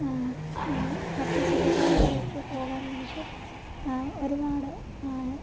മറ്റ് ജില്ലകളിലേക്ക് പോകാൻ നമുക്ക് ഒരുപാട് ആൾ